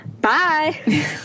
bye